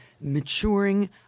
maturing